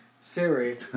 Siri